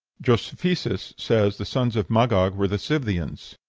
josephus says the sons of magog were the scythians.